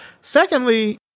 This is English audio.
secondly